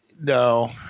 no